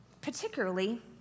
particularly